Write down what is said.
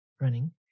running